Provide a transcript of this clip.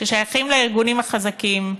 ששייכים לארגונים החזקים,